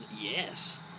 Yes